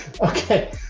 Okay